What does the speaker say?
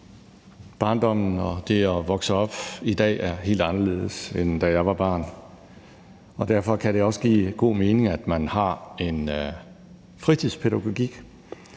barndommen og det at vokse op i dag er helt anderledes, end da jeg var barn. Og derfor kan det også give god mening, at man har en fritidspædagogik,